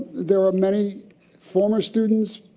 there are many former students,